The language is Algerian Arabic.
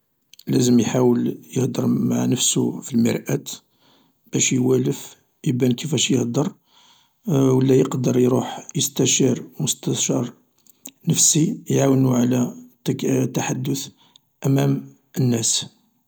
لازم يحاول يهدر مع نفسو في المرآة باش يوالف يبان كيفاش يهدر و لا يقدر يروح يستشير مستشار نفسيي عاونو على التحدث أمام الناس.